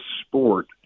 sport